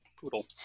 Poodle